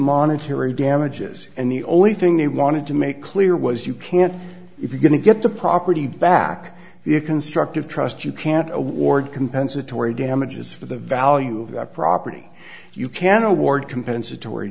monetary damages and the only thing they wanted to make clear was you can't if you're going to get the property back the a constructive trust you can't award compensatory damages for the value of that property you can award compensatory